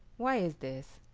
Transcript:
why is this?